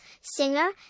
singer